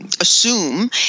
assume